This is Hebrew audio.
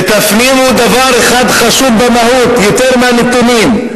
ותפנימו דבר אחד חשוב במהות יותר מהנתונים,